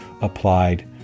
applied